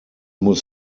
muss